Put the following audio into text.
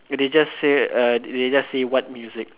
they they just say uh they they just say what music